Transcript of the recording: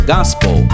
Gospel